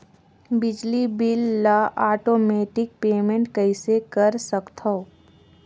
बिजली बिल ल automatic payment कइसे कर सकथव?